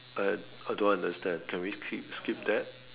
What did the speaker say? uh I don't understand can we we skip that